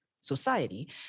society